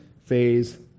phase